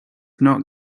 not